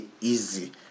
easy